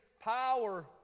power